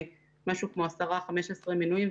כ-10 15 מינויים.